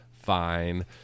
fine